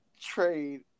trade